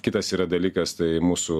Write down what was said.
kitas yra dalykas tai mūsų